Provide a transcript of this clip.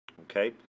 Okay